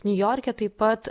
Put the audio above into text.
niujorke taip pat